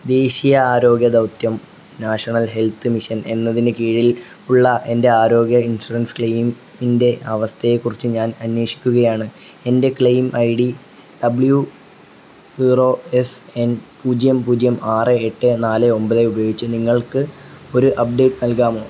ദേശീയ ആരോഗ്യ ദൗത്യം നാഷണൽ ഹെൽത്ത് മിഷൻ എന്നതിന് കീഴിൽ ഉള്ള എൻ്റെ ആരോഗ്യ ഇൻഷുറൻസ് ക്ലെയിമിൻ്റെ അവസ്ഥയെക്കുറിച്ച് ഞാൻ അന്വേഷിക്കുകയാണ് എൻ്റെ claim I D W zero S N പൂജ്യം പൂജ്യം ആറ് എട്ട് നാല് ഒമ്പത് ഉപയോഗിച്ച് നിങ്ങൾക്ക് ഒരു അപ്ഡേറ്റ് നൽകാമോ